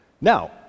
Now